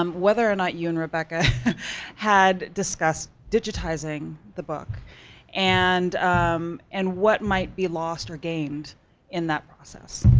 um whether or not you and rebecca had discussed digitizing the book and um and what might be lost or gained in that process.